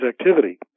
activity